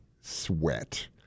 sweat